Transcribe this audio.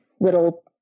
little